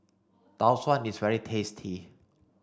Tau Suan is very tasty